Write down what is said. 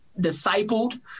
discipled